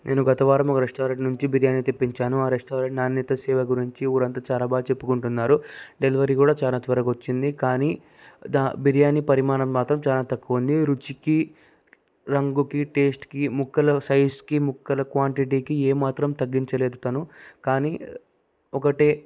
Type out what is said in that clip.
నేను గత వారము ఒక రెస్టారెంటు నుంచి బిరియాని తెప్పించాను ఆ రెస్టారెంటు నాణ్యత సేవ గురించి ఊరంతా చాలా బాగా చెప్పుకుంటున్నారు డెలివరీ కూడా చాలా త్వరగొచ్చింది కానీ దా బిరియాని పరిమాణం మాత్రం చాలా తక్కువ ఉంది రుచికి రంగుకి టేస్ట్కి ముక్కల సైజ్కి ముక్కల క్వాంటిటుకి ఏ మాత్రం తగ్గించలేదు తను కానీ ఒకటి